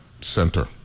Center